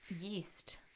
Yeast